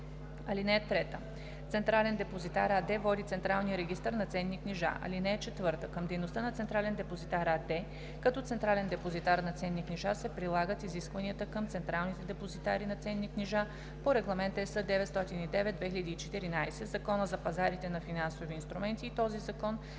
(3) „Централен депозитар“ АД води централния регистър на ценни книжа. (4) Към дейността на „Централен депозитар“ АД като централен депозитар на ценни книжа се прилагат изискванията към централните депозитари на ценни книжа по Регламент (ЕС) № 909/2014, Закона за пазарите на финансови инструменти и този закон,